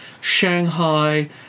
Shanghai